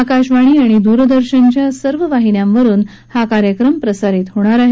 आकाशवाणी आणि दूरदर्शनच्या सर्व वाहिन्यावरुन हा कार्यक्रम प्रसारित होईल